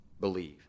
believe